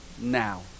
now